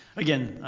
again,